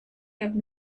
have